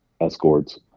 escorts